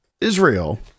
Israel